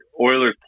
Oilers